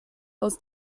aus